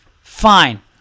fine